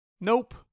nope